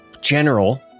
General